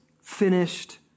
finished